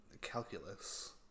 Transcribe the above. calculus